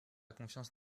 confiance